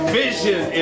vision